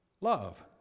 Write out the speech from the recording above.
Love